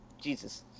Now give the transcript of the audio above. Jesus